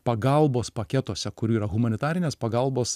pagalbos paketuose kurių yra humanitarinės pagalbos